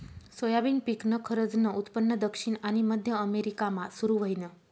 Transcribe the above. soybean पिकनं खरंजनं उत्पन्न दक्षिण आनी मध्य अमेरिकामा सुरू व्हयनं